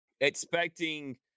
expecting